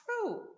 true